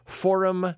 forum